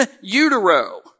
utero